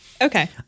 Okay